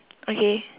okay